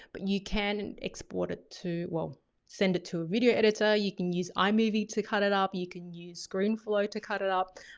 but you can export it to, well send it to a video editor. you can use um imovie to cut it up. you can use screenflow to cut it up.